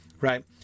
right